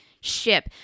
ship